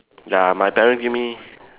ya my parents give me